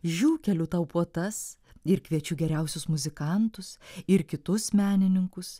žiū keliu tau puotas ir kviečiu geriausius muzikantus ir kitus menininkus